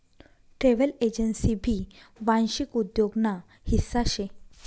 travel agency भी वांशिक उद्योग ना हिस्सा शे